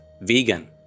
vegan